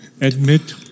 admit